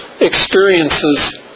experiences